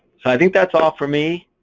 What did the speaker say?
so i think that's all for me,